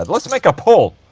and let's make a poll